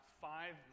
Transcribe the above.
five